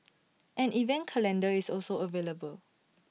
an event calendar is also available